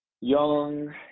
young